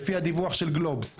לפי הדיווח של גלובס.